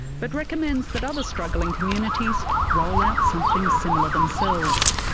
but recommends that other struggling communities roll out something similar themselves,